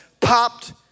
popped